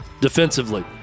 defensively